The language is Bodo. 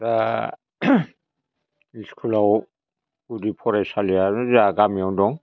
दा इस्कुलाव गुदि फरायसालियानो जोंहा गामियावनो दं